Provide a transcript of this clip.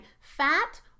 fat